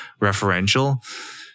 referential